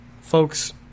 Folks